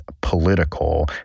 political